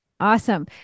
Awesome